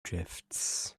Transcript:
drifts